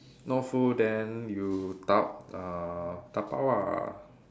not full then you da~ uh dabao ah